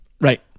Right